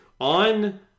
On